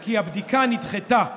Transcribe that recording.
כי הבדיקה נדחתה.